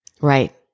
Right